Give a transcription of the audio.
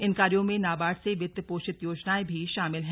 इन कार्यो में नाबार्ड से वित्त पोषित योजनाएं भी शामिल हैं